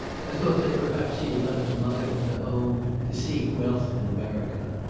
i thought that perhaps he had left a mother and a home to seek wealth in america.